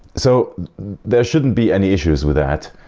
so there shouldn't be any issues with that.